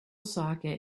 socket